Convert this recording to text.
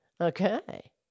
Okay